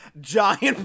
Giant